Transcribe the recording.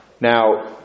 Now